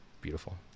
Beautiful